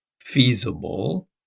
feasible